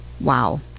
Wow